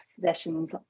sessions